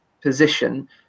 position